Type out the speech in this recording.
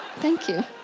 thank you.